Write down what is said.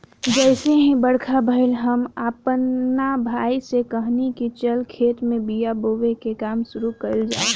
जइसे ही बरखा भईल, हम आपना भाई से कहनी की चल खेत में बिया बोवे के काम शुरू कईल जाव